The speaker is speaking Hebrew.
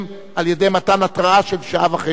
על-ידי מתן התראה של שעה וחצי מראש.